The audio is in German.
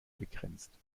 begrenzt